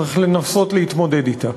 צריך לנסות להתמודד אתה.